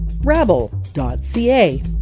Rabble.ca